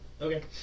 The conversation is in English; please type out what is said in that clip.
Okay